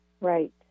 Right